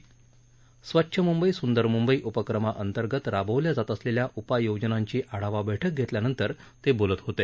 स्वच्छ मुंबई सुंदर मुंबई उपक्रमाअंतर्गत राबवल्या जात असलेल्या उपाययोजनांची आढावा बैठक घेतल्यानंतर ते बोलत होते